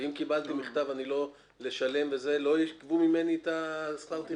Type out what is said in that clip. ואם קיבלתי מכתב לשלם לא יגבו ממני שכר טרחה?